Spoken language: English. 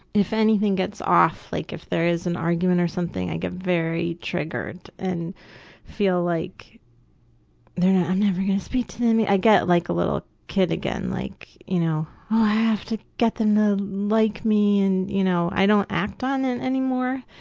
if anything gets off, like if there is an argument or something, i get very triggered and feel like they're not, i'm never gonna speak to them, i get like a little kid again, like, you know, oh i have to get them to like me and, you know, i don't act on it anymore,